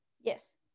yes